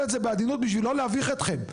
את זה בעדינות בשביל לא להביך אתכם.